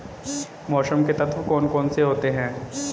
मौसम के तत्व कौन कौन से होते हैं?